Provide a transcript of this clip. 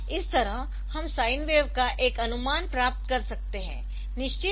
इस तरह हम साइन वेव का एक अनुमान प्राप्त कर सकते है